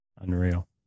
Unreal